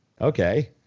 okay